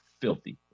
filthy